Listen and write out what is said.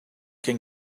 can